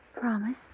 Promise